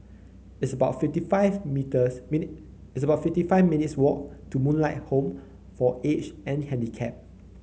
it's about fifty five meters mini it's about fifty five minutes' walk to Moonlight Home for Aged and Handicapped